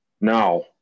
now